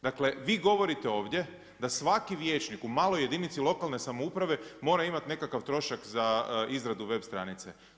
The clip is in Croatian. Dakle, vi govorite ovdje da svaki vijećnik u maloj jedinici lokalne samouprave mora imati nekakav trošak iza izradu web stranice.